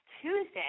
Tuesday